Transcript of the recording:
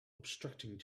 obstructing